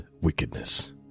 wickedness